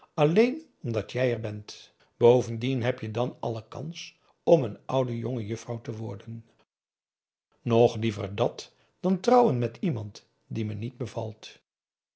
alleen omdat jij er bent bovendien heb je dan alle kans om n oude jongejuffrouw te worden nog liever dàt dan trouwen met iemand die me niet bevalt